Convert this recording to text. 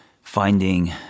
finding